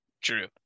True